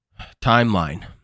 timeline